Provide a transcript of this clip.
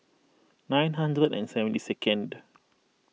nine hundred and seventy second